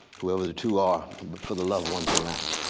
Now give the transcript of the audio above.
whoever the two are, but for the loved ones around.